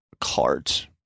cards